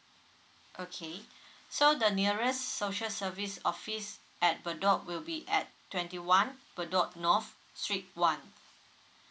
okay so the nearest social service office at bedok will be at twenty one bedok north street one